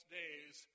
days